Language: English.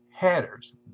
headers